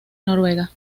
noruega